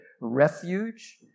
refuge